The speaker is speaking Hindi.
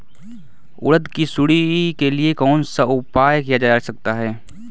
उड़द की सुंडी के लिए कौन सा उपाय किया जा सकता है?